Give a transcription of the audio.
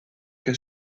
que